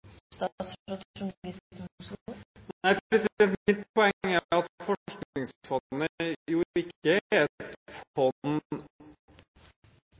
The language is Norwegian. Mitt poeng er at